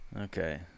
Okay